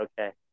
Okay